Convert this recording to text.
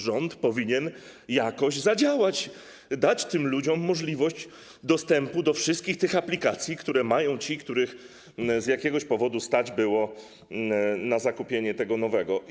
Rząd powinien jakoś zadziałać, dać tym ludziom możliwość dostępu do wszystkich aplikacji, które mają ci, których z jakiegoś powodu stać było na zakupienie nowego sprzętu.